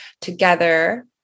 together